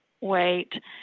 wait